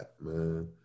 man